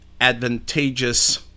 advantageous